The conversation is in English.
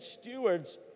stewards